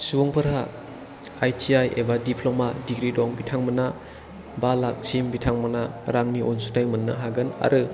सुबुंफोरहा I T I एबा diploma degree दं बिथांमोना बा लाखसिम बिथांमोना रांनि अनसुंथाय मोननो हागोन आरो